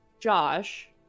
Josh